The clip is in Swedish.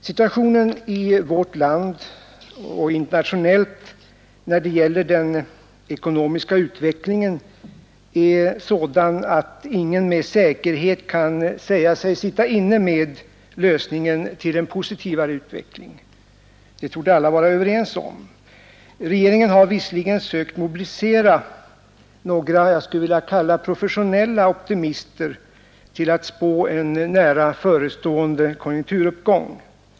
Situationen i vårt land och internationellt, när det gäller den ekonomiska utvecklingen, är sådan att ingen med säkerhet kan säga sig sitta inne med lösningen till en positivare utveckling. Det borde alla vara överens om. Regeringen har visserligen sökt mobilisera några, jag skulle vilja kalla dem professionella optimister till att spå en nära förestående konjunkturuppgång.